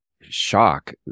shock